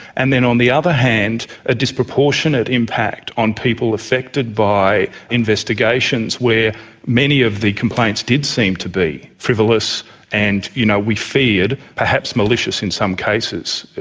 and then on the other hand a disproportionate impact on people affected by investigations where many of the complaints did seem to be frivolous and you know we feared perhaps malicious in some cases,